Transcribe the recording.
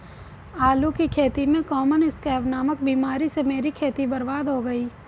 आलू की खेती में कॉमन स्कैब नामक बीमारी से मेरी खेती बर्बाद हो गई